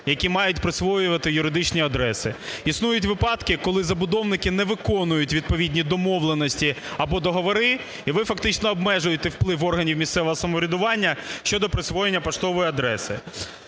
які мають присвоювати юридичні адреси. Існують випадки, коли забудовники не виконують відповідні домовленості або договори і ви фактично обмежуєте вплив органів місцевого самоврядування щодо присвоєння поштової адреси.